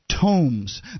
tomes